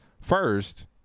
first